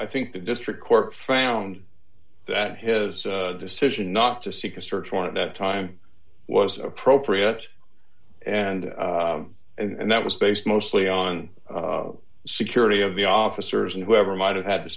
i think the district court found that his decision not to seek a search warrant that time was appropriate and and that was based mostly on security of the officers and whoever might have had to